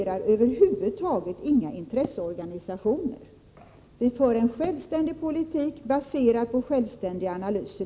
rar över huvud taget inga intresseorganisationer. Vi för en självständig Politik, baserad på självständiga analyser.